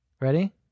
Ready